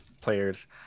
players